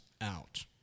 out